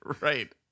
Right